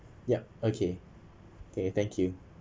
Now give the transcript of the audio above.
yup okay okay thank you